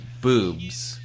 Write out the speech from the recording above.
boobs